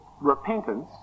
repentance